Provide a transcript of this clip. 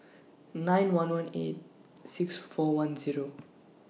nine one one eight six four one Zero